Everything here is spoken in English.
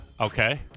Okay